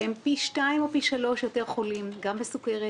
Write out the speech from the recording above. והם פי שניים או פי שלושה יותר חולים גם בסוכרת,